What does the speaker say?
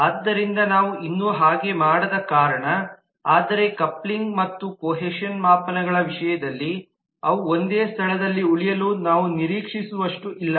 ಆದ್ದರಿಂದ ನಾವು ಇನ್ನೂ ಹಾಗೆ ಮಾಡದ ಕಾರಣ ಆದರೆ ಕಪ್ಲಿನ್ಗ್ ಮತ್ತು ಕೊಹೇಷನ್ ಮಾಪನಗಳ ವಿಷಯದಲ್ಲಿ ಅವು ಒಂದೇ ಸ್ಥಳದಲ್ಲಿ ಉಳಿಯಲು ನಾವು ನಿರೀಕ್ಷಿಸುವಷ್ಟು ಇಲ್ಲ